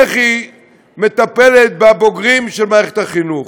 איך היא מטפלת בבוגרים של מערכת החינוך,